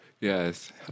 Yes